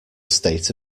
state